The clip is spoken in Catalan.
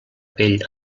pell